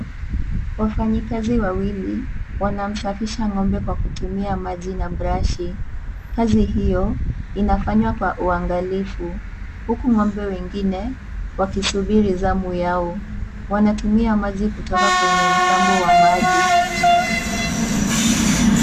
Wafanyikazi wawili, wanamsafisha ng'ombe kwa kutumia maji na brashi. Kazi hiyo, inafanywa kwa uangalifu, huku ng'ombe wengine wakisubiri zamu yao. Wanatumia maji kutoka kwenye mtambo wa maji.